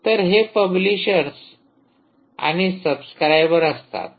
तर हे पब्लिशर्स आणि सबस्क्रायबर असतात